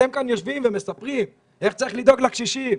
אתם כאן יושבים ומספרים איך צריך לדאוג לקשישים,